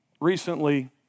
recently